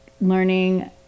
learning